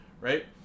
right